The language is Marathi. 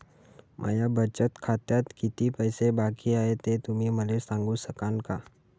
माया बचत खात्यात कितीक पैसे बाकी हाय, हे तुम्ही मले सांगू सकानं का?